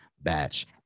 Batch